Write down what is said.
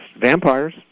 vampires